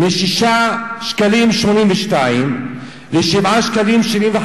מ-6.82 שקלים ל-7.75